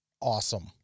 awesome